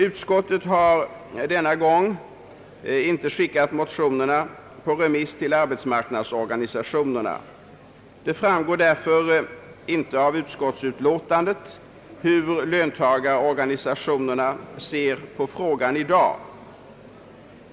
Utskottet har denna gång icke skickat motionerna på remiss = till arbetsmarknadsorganisationerna. = Det framgår därför inte av utskottsutlåtandet hur löntagarorganisationerna ser på frågan i dag.